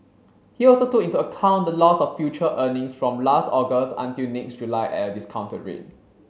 he also took into account the loss of future earnings from last August until next July at a discounted rate